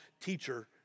teacher